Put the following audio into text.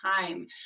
time